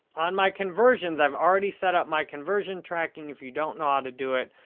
on my conversions, i've already set up my conversion tracking. if you don't know how to do it,